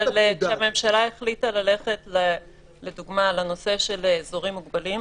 אבל כשהממשלה החליטה ללכת לדוגמה לנושא של אזורים מוגבלים,